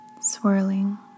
swirling